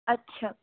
আচ্ছা